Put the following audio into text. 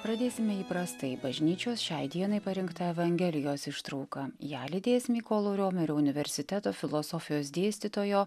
pradėsime įprastai bažnyčios šiai dienai parinkta evangelijos ištrauka ją lydės mykolo riomerio universiteto filosofijos dėstytojo